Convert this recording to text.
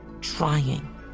trying